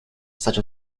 such